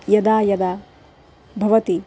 यदा यदा भवति